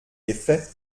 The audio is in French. effet